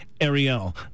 Ariel